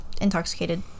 intoxicated